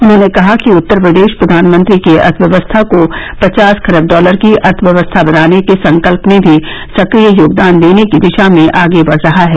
उन्होंने कहा कि उत्तर प्रदेश प्रधानमंत्री के अर्थव्यवस्था को पचास खरब डॉलर की अर्थव्यवस्था बनाने के संकल्प में भी सक्रिय योगदान देने की दिशा में आगे बढ रहा है